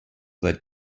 that